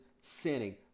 sinning